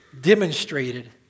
demonstrated